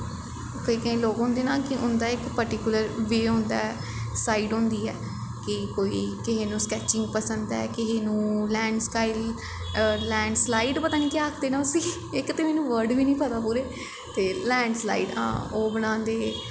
केईं केईं लोग होंदे ना उं'दा इक पर्टिकुलर वेह् होंदा ऐ साईड होंदी ऐ के कोई किहे नू स्कैचिंग पसंद ऐ किहे नू लैन स्टाईल लैड़स्लाईड पता निं केह् आखदे न उसी इक ते मैनू वर्ड़ बी निं पता पूरे ते लैनस्लाईड हां ओह् बनांदे